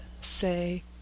say